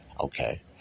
Okay